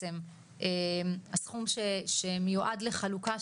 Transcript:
הסכום שמיועד לחלוקה,